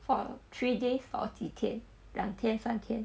for three days or 几天两天三天